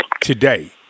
today